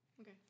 okay